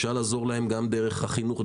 אפשר לעזור להם גם דרך החינוך,